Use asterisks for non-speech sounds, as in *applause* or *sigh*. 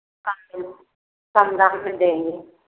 *unintelligible* कम दाम में देंगे